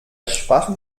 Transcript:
schwachem